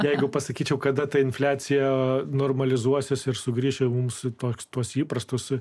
jeigu pasakyčiau kada ta infliacija normalizuosis ir sugrįš mums toks tuos įprastus